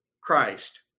Christ